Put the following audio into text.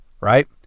right